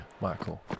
Michael